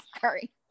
sorry